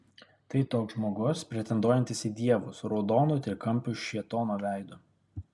tai toks žmogus pretenduojantis į dievus raudonu trikampiu šėtono veidu